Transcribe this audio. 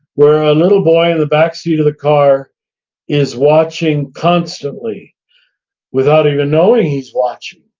where a little boy in the backseat of the car is watching constantly without even knowing he's watching,